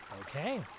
Okay